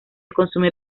consume